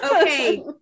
Okay